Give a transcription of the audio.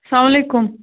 سلامُ علیکُم